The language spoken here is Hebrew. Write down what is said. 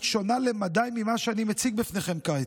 שונה למדי ממה שאני מציג לפניכם כעת.